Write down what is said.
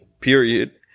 period